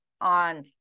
on